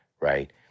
right